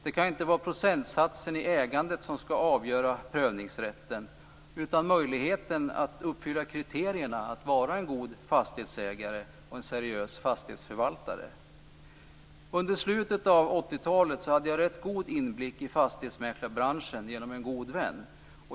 Det kan inte vara procentsatsen i ägandet som skall avgöra prövningsrätten utan möjligheten att uppfylla kriterierna att vara en god fastighetsägare och en seriös fastighetsförvaltare. Under slutet av 80-talet hade jag rätt god inblick i fastighetsmäklarbranschen genom en god vän.